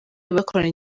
bakoranye